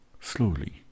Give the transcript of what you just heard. slowly